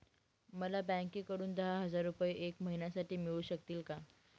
मला बँकेकडून दहा हजार रुपये एक महिन्यांसाठी मिळू शकतील का?